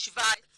2017